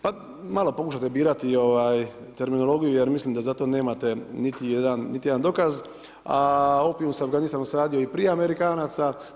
Pa malo pokušajte birati terminologiju, jer mislim da za to nemate niti jedan dokaz, a opijum sa Afganistanom sam radio i prije Amerikanaca.